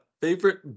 favorite